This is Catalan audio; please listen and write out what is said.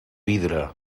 vidre